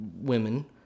women